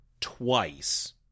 twice